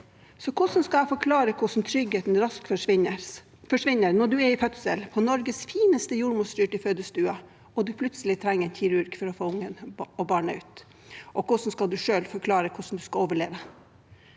Hvordan skal jeg forklare hvordan tryggheten rask forsvinner når man er i fødsel på Norges fineste jordmorstyrte fødestue, og man plutselig trenger en kirurg for å få barnet ut? Og hvordan skal en selv forklare hvordan man skal overleve?